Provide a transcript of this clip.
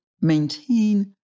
maintain